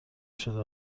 شده